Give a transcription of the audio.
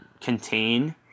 contain